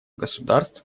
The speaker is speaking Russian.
государств